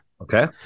Okay